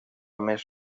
més